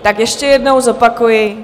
Tak ještě jednou zopakuji.